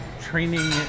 Training